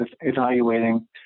evaluating